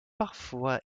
parfois